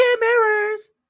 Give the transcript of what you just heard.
mirrors